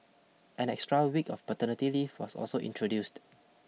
an extra week of paternity leave was also introduced